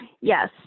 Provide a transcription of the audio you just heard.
yes